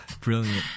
brilliant